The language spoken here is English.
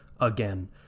again